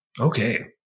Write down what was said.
okay